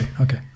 Okay